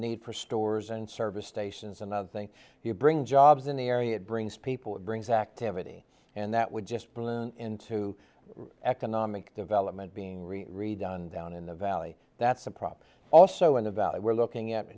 need for stores and service stations another thing you bring jobs in the area it brings people it brings activity and that would just prune into economic development being really redone down in the valley that's a problem also in the valley we're looking at